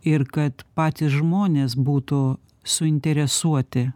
ir kad patys žmonės būtų suinteresuoti